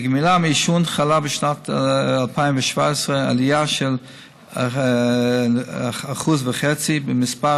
בגמילה מעישון חלה בשנת 2017 עלייה של 1.5% במספר